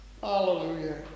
hallelujah